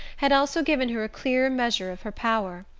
had also given her a clearer measure of her power.